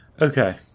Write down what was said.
Okay